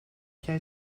jij